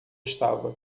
estava